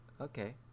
Okay